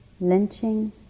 lynching